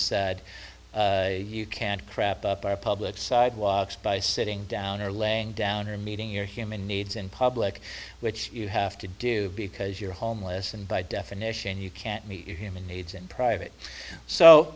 said you can't crap up our public sidewalks by sitting down or laying down or meeting your human needs in public which you have to do because you're homeless and by definition you can't meet your human needs in private so